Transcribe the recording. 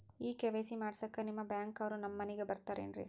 ಈ ಕೆ.ವೈ.ಸಿ ಮಾಡಸಕ್ಕ ನಿಮ ಬ್ಯಾಂಕ ಅವ್ರು ನಮ್ ಮನಿಗ ಬರತಾರೆನ್ರಿ?